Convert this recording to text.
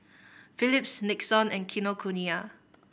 Phillips Nixon and Kinokuniya